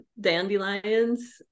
dandelions